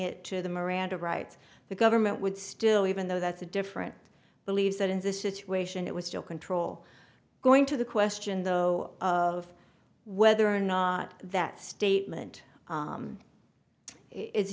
it to the miranda rights the government would still even though that's a different believes that in this situation it was still control going to the question though of whether or not that statement